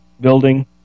building